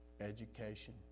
Education